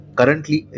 Currently